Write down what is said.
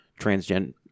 transgender